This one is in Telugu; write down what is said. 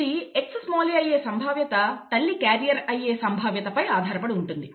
ఇది Xa అయ్యే సంభావ్యత తల్లి క్యారియర్ అయ్యే సంభావ్యత పై ఆధారపడి ఉంటుంది